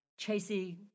Chasey